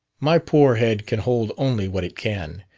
my poor head can hold only what it can.